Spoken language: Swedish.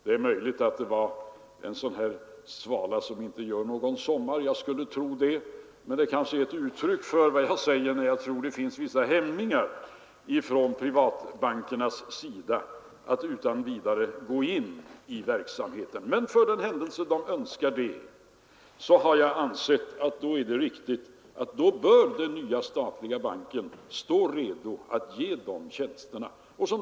Det är möjligt att det var en sådan där svala som inte gör någon sommar — jag skulle tro det — och jag tror att det finns vissa hämningar från privatbankernas sida att utan vidare gå in i en sådan verksamhet. För den händelse de ändå önskar göra det har jag ansett att den nya statliga banken bör stå redo att ge dessa tjänster på lördagarna.